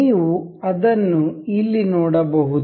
ನೀವು ಅದನ್ನು ಇಲ್ಲಿ ನೋಡಬಹುದು